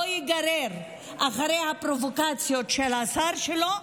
ייגרר אחרי הפרובוקציות של השר שלו,